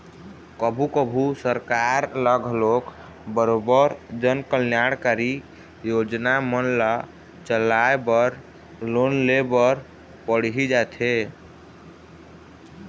कभू कभू सरकार ल घलोक बरोबर जनकल्यानकारी योजना मन ल चलाय बर लोन ले बर पड़ही जाथे